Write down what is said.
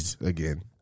Again